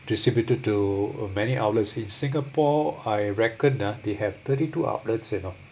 distributed to uh many outlets in singapore I reckon ah they have thirty two outlets you know